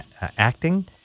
acting